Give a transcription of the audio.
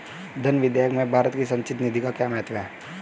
धन विधेयक में भारत की संचित निधि का क्या महत्व है?